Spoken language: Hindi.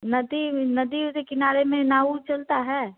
नदी नदी उदी किनारे में नाव ऊव चलता है